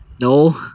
No